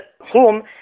home